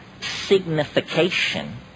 signification